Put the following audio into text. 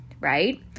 right